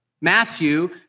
Matthew